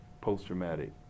post-traumatic